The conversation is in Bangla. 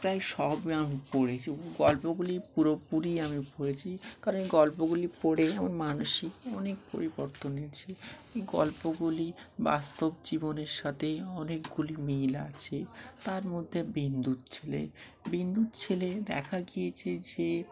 প্রায় সবই আমি পড়েছি ও গল্পগুলি পুরোপুরি আমি পড়েছি কারণ এই গল্পগুলি পড়ে আমার মানসিক অনেক পরিবর্তন এছে এই গল্পগুলি বাস্তব জীবনের সাথে অনেকগুলি মিল আছে তার মধ্যে বিন্দুর ছেলে বিন্দুর ছেলে দেখা গিয়েছে যে